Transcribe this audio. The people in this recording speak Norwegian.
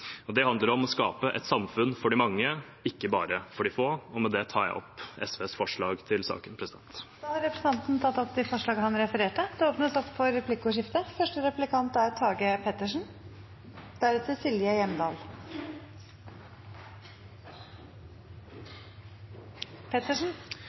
barnevernet. Det handler om å skape et samfunn for de mange, ikke bare for de få. Med det tar jeg opp SVs forslag i saken. Representanten Freddy André Øvstegård har tatt opp de forslagene han refererte til. Det blir replikkordskifte. For